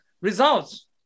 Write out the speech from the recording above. results